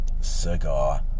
cigar